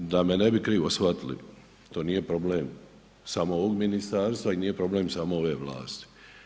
E sad, da me ne bi krivo shvatili, to nije problem samo ovog ministarstva i nije problem samo ove vlasti.